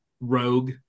Rogue